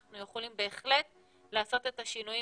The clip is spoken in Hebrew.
אנחנו יכולים בהחלט לעשות את השינויים